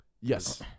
Yes